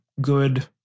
good